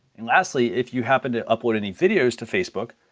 and lastly if you happen to upload any videos to facebook,